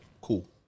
Cool